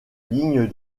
ligne